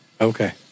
Okay